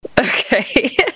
Okay